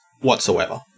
whatsoever